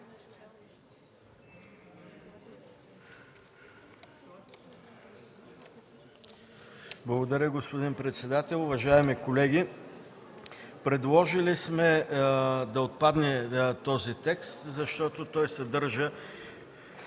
Благодаря, господин председател. Уважаеми колеги, предложили сме да отпадне този текст, защото той съдържа